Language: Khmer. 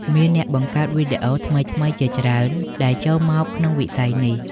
មានអ្នកបង្កើតវីដេអូថ្មីៗជាច្រើនដែលចូលមកក្នុងវិស័យនេះ។